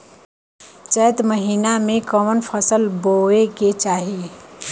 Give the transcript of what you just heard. चैत महीना में कवन फशल बोए के चाही?